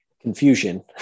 Confusion